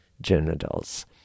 genitals